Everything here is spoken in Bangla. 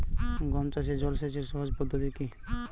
গম চাষে জল সেচের সহজ পদ্ধতি কি?